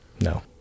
No